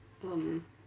um